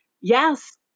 Yes